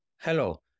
Hello